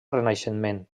renaixement